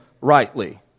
rightly